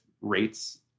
rates